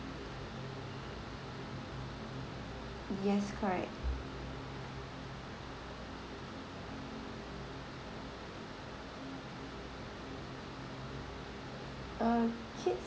yes correct uh kids